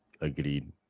Agreed